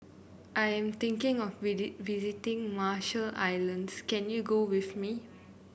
I'm thinking of visiting Marshall Islands can you go with me